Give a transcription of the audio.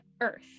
earth